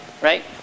right